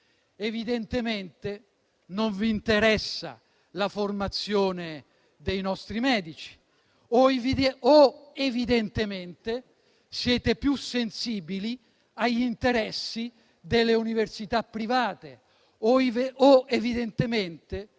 Evidentemente non vi interessa la formazione dei nostri medici, o evidentemente siete più sensibili agli interessi delle università private, o evidentemente